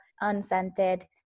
unscented